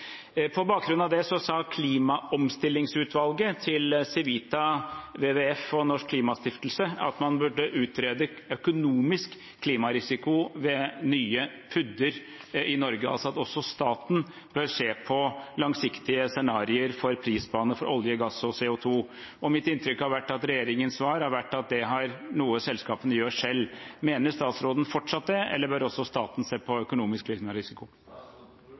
På bakgrunn av det sa klimaomstillingsutvalget til Civita, WWF og Norsk klimastiftelse at man burde utrede økonomisk klimarisiko ved nye PUD-er i Norge, altså at også staten bør se på langsiktige scenarioer for prisbane for olje, gass og CO 2 . Mitt inntrykk har vært at regjeringens svar har vært at det er noe selskapene gjør selv. Mener statsråden fortsatt det, eller bør også staten se på økonomisk